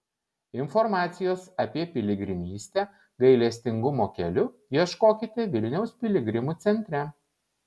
informacijos apie piligrimystę gailestingumo keliu ieškokite vilniaus piligrimų centre